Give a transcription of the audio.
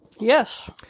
Yes